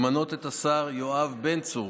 למנות את השר יואב בן צור